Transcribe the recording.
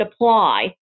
apply